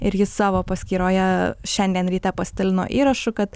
ir jis savo paskyroje šiandien ryte plasidalino įrašu kad